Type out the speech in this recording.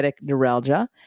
neuralgia